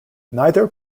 neither